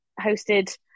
hosted